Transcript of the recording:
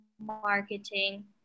marketing